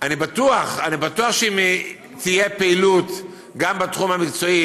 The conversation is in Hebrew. אני בטוח שאם תהיה פעילות גם בתחום המקצועי,